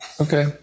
Okay